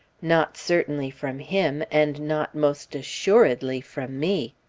not certainly from him, and not, most assuredly, from me.